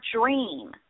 dream